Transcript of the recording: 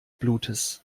blutes